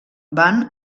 van